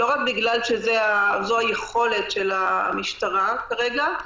לא רק בגלל שזו היכולת של המשטרה כרגע,